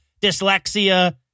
dyslexia